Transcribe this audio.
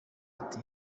ati